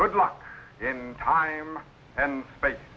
good luck in time and space